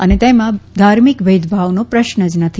અને તેમાં ધાર્મિક ભેદભાવનો પ્રશ્ન નથી